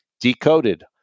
Decoded